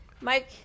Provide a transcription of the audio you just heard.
Mike